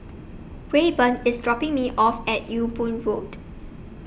Rayburn IS dropping Me off At Ewe Boon Road